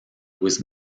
was